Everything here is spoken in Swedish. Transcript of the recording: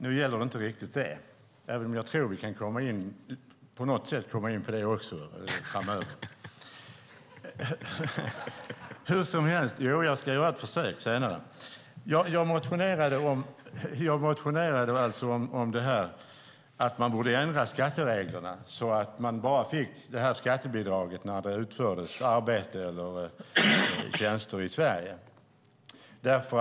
Nu gäller det inte riktigt det, även om jag tror att vi på något sätt kan komma in också på det framöver. Jag ska göra ett försök senare. Jag motionerade om att vi borde ändra skattereglerna så att man bara fick detta skattebidrag när arbete eller tjänster utfördes i Sverige.